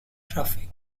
traffic